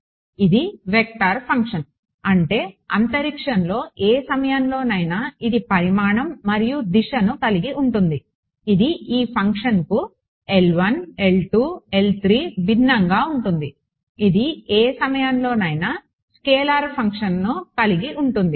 కాబట్టి ఇది vector function అంటే అంతరిక్షంలో ఏ సమయంలోనైనా ఇది పరిమాణం మరియు దిశను కలిగి ఉంటుంది ఇది ఈ ఫంక్షన్కు భిన్నంగా ఉంటుంది ఇది ఏ సమయంలోనైనా స్కేలార్ ఫంక్షన్ను కలిగి ఉంటుంది